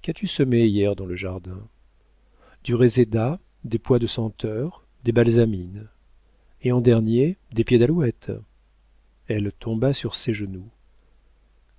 qu'as-tu semé hier dans le jardin du réséda des pois de senteur des balsamines et en dernier des pieds d'alouette elle tomba sur ses genoux